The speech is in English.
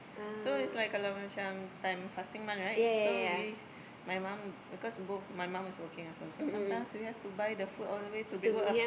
so it's like kalau macam time fasting month right so we my mum cause both my mum is working also so sometimes we have to buy the food all the way to Brickwork ah